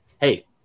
Hey